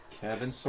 Kevin